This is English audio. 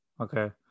okay